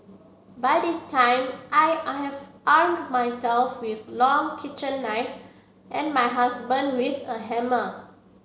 by this time I I have armed myself with long kitchen knife and my husband with a hammer